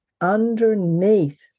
underneath